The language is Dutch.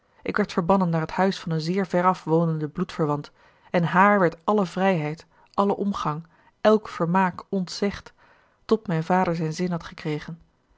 ik werd verbannen naar het huis van een zeer veraf wonenden bloedverwant en haar werd alle vrijheid alle omgang elk vermaak ontzegd tot mijn vader zijn zin had gekregen